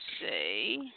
say